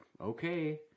Okay